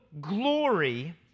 glory